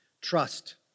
Trust